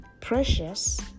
Precious